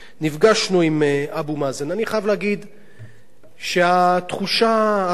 אני חייב להגיד שהתחושה, האווירה בפגישה היתה קשה.